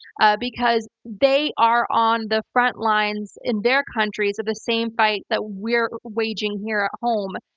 ah because they are on the frontlines in their countries of the same fight that we're waging here at home,